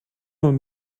man